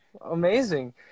amazing